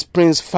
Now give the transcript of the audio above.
Prince